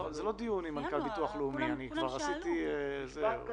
צריך לטפל בכל אחת מהקבוצות האלה לפי